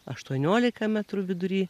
aštuoniolika metrų vidury